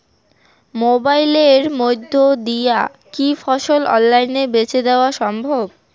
মোবাইলের মইধ্যে দিয়া কি ফসল অনলাইনে বেঁচে দেওয়া সম্ভব?